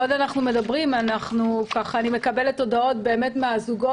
בעוד אנחנו מדברים אני מקבלת הודעות מזוגות,